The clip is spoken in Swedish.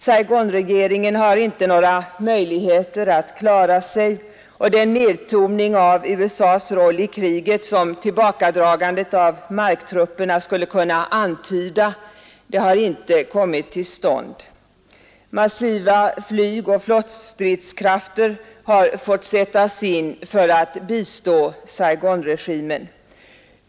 Saigonregeringen har inte några möjligheter att klara sig. Den nedtoning av USA:s roll i kriget som tillbakadragandet av marktrupperna skulle kunna antyda har inte kommit till stånd. Massiva flygoch flottstridskrafter har fått sättas in för att bistå Saigonregimen.